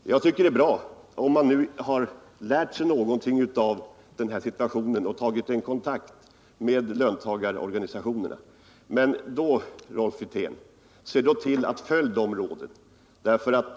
Det är bra om arbetsmarknadsministern har lärt sig någonting av den här situationen och tagit kontakt med löntagarorganisationerna, men, Rolf Wirtén, följ då deras råd!